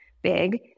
big